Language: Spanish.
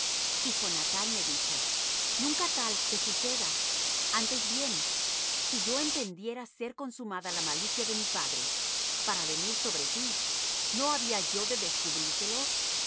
y jonathán le dijo nunca tal te suceda antes bien si yo entendiera ser consumada la malicia de mi padre para venir sobre ti no había yo de descubrírtelo dijo